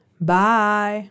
Bye